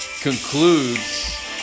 concludes